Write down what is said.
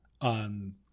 on